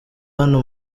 hano